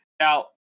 Now